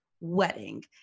wedding